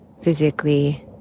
physically